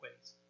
ways